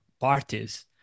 parties